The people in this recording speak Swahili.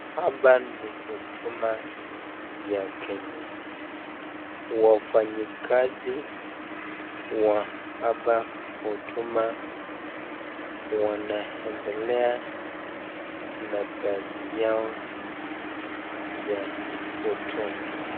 Hapa ni huduma ya Kenya. Wafanyikazi wa hapa huduma wanaendelea na kazi yao ya huduma.